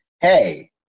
hey